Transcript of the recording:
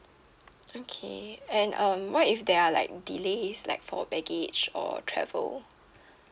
okay and um what if there are like delays like for baggage or travel